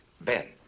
Ben